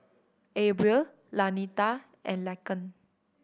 Abril Lanita and Laken